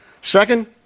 Second